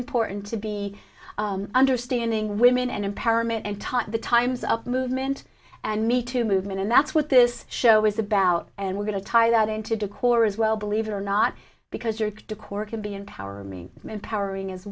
important to be understanding women and empowerment and talk of the times of movement and me to movement and that's what this show is about and we're going to tie that into decor as well believe it or not because you're decor can be empower me empowering as